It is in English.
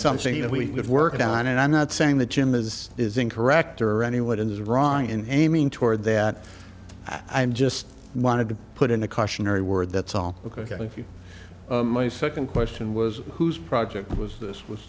something that we have worked on and i'm not saying the jim is is incorrect or any what is wrong and aiming toward that i just wanted to put in a cautionary word that's all ok if you my second question was who's project was this was